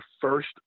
first